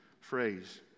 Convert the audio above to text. phrase